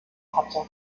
hatte